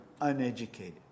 uneducated